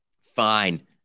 Fine